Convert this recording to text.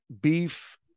beef